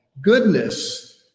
goodness